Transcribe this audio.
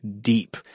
Deep